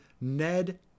Ned